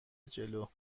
جلو